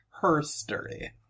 Her-story